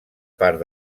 part